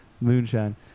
Moonshine